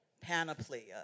panoply